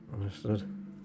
Understood